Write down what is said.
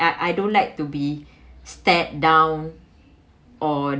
I I don't like to be stared down on